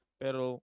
pero